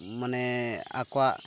ᱢᱟᱱᱮ ᱟᱠᱚᱣᱟᱜ